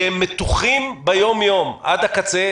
שהם מתוחים ביום-יום עד הקצה,